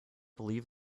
believe